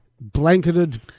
blanketed